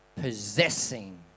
possessing